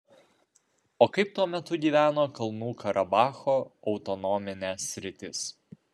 o kaip tuo metu gyveno kalnų karabacho autonominė sritis